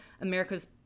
America's